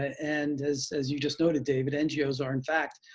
and as as you just noted david, ngos are in fact,